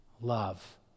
love